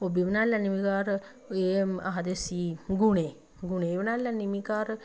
ओह्बी बनाई लैन्नी में घर केह् आखदे उसी गुने गुने बी बनाई लैन्नी में घर